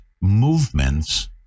movements